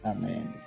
Amen